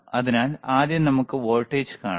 അതിനാൽ ആദ്യം നമുക്ക് വോൾട്ടേജ് കാണാം